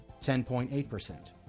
10.8%